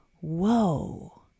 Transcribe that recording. whoa